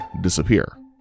disappear